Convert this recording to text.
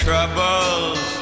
Troubles